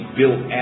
built